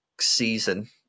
season